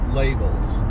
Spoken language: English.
labels